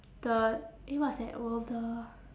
the eh what's that will the